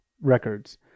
records